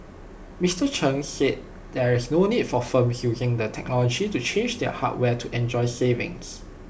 Mister Chen said there is no need for firms using the technology to change their hardware to enjoy savings